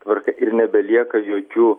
tvarka ir nebelieka jokių